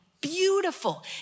beautiful